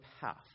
path